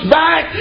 back